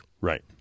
Right